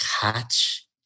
catch